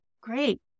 Great